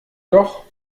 doch